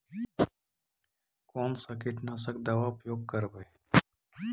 कोन सा कीटनाशक दवा उपयोग करबय?